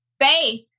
Faith